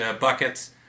buckets